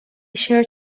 شرت